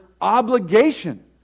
obligation